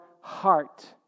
heart